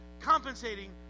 compensating